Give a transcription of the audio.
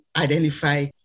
identify